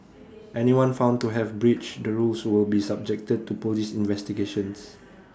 anyone found to have breached the rules will be subjected to Police investigations